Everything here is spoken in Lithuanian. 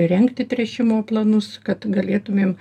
rengti tręšimo planus kad galėtumėm